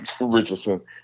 Richardson